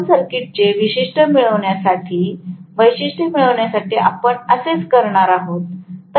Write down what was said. तर ओपन सर्किटचे वैशिष्ट्य मिळवण्यासाठी आपण असेच करणार आहोत